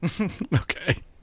Okay